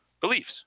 beliefs